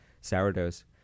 sourdoughs